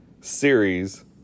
series